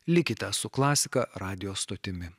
likite su klasika radijo stotimi